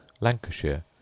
Lancashire